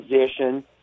position